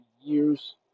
years